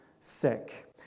sick